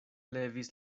levis